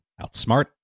Outsmart